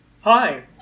Hi